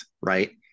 right